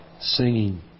singing